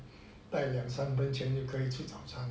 大概两三分钱就可以吃早餐了